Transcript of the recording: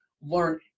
learn